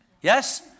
Yes